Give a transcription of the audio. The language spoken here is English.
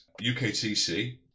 UKTC